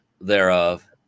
thereof